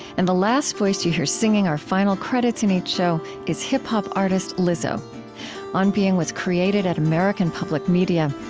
and the last voice that you hear singing our final credits in each show, is hip-hop artist lizzo on being was created at american public media.